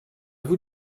vous